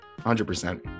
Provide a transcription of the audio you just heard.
100